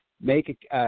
make